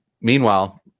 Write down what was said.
Meanwhile